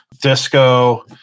disco